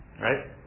right